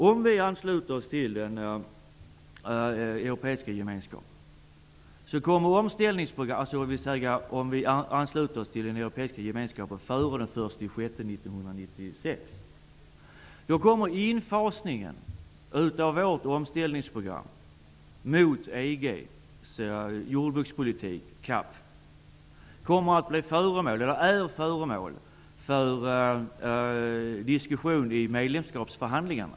Om vi ansluter oss till den europeiska gemenskapen före den 1 juni 1996 kommer infasningen av vårt omställningsprogram mot EG:s jordbrukspolitik att bli föremål för diskussioner i medlemskapsförhandlingarna.